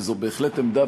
וזו בהחלט עמדה,